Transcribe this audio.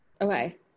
Okay